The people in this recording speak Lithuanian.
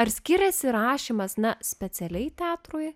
ar skiriasi rašymas ne specialiai teatrui